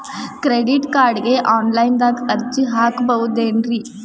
Credit ಕಾರ್ಡ್ಗೆ ಆನ್ಲೈನ್ ದಾಗ ಅರ್ಜಿ ಹಾಕ್ಬಹುದೇನ್ರಿ?